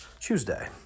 Tuesday